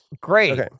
Great